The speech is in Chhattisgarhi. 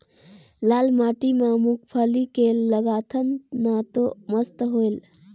लाल माटी म मुंगफली के लगाथन न तो मस्त होयल?